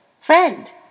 Friend